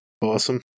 awesome